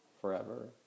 forever